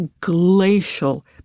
glacial